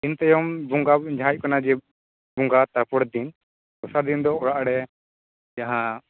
ᱟᱹᱛᱤᱧ ᱛᱟᱭᱚᱢ ᱵᱚᱝᱜᱟ ᱡᱟᱦᱟᱸ ᱦᱩᱭᱩᱜ ᱠᱟᱱᱟ ᱡᱮ ᱵᱚᱝᱜᱟ ᱛᱟᱯᱚᱨᱮᱨ ᱫᱤᱱ ᱫᱚᱥᱟᱨ ᱫᱤᱱ ᱫᱚ ᱚᱲᱟᱜᱨᱮ ᱡᱟᱦᱟᱸ